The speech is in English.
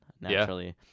naturally